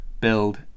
build